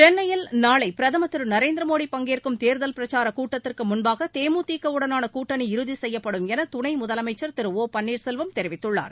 சென்னையில் நாளை பிரதமர் திரு நரேந்திர மோடி பங்கேற்கும் தேர்தல் பிரச்சாரக் கூட்டத்திற்கு முன்பாக தே மு தி க உடனான கூட்டணி இறுதி செய்யப்படும் என துணை முதலமைச்சர் திரு ஒ பன்னீர்செல்வம் தெரிவித்துள்ளார்